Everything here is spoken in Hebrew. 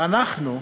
אנחנו,